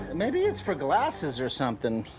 and maybe it's for glasses, or something?